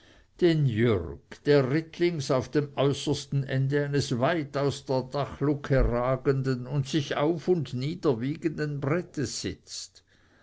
den jürg der rittlings auf dem äußersten ende eines weit aus der dachluke ragenden und sich auf und nieder wiegenden brettes sitzt